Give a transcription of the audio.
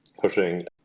pushing